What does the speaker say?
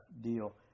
deal